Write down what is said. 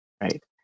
right